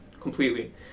completely